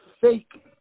fake